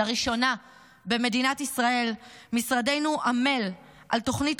אז לראשונה במדינת ישראל משרדנו עמל על תוכנית